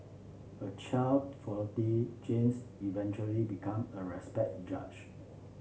a child prodigy James eventually become a respect judge